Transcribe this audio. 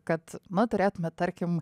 kad nu turėtumėt tarkim